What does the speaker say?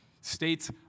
states